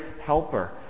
helper